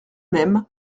même